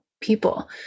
people